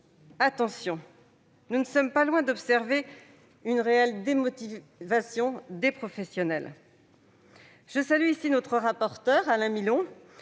garde, car nous ne sommes pas loin d'observer une réelle démotivation des professionnels. Je salue notre rapporteur, Alain Milon,